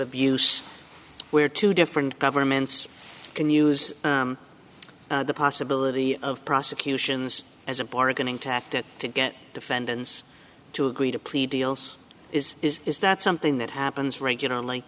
abuse where two different governments can use the possibility of prosecutions as a bargaining tactic to get defendants to agree to plea deals is is is that something that happens